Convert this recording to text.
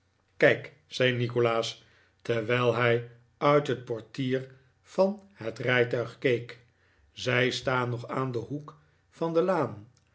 kijk zei nikolaas terwijl hij uit het portier van het rijtuig keek zij staan nog aan den hoek van de laan